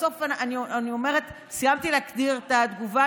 בסוף אני אומרת שסיימתי להקריא את התגובה,